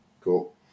Cool